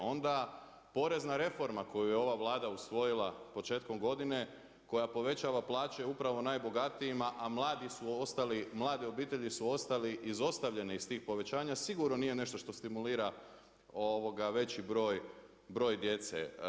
Onda porezna reforma koju je ova Vlada usvojila početkom godine, koja povećava plaće upravo najbogatijima, a mladi su ostali, mlade obitelji su ostali iz ostavljenih tih povećanja, sigurno nije nešto što stimulira, ovoga veći broj djece.